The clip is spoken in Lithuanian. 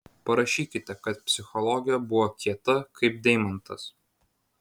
parašykite kad psichologė buvo kieta kaip deimantas